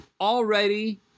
already